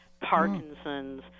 Parkinson's